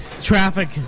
traffic